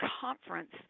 conference